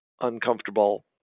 uncomfortable